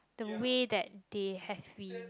the way that they have win